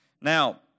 Now